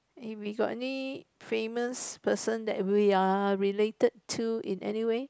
we got any famous person that we are related to in anywhere